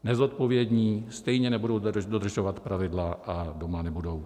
Nezodpovědní stejně nebudou dodržovat pravidla a doma nebudou.